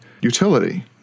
utility